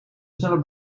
snelle